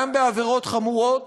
גם בעבירות חמורות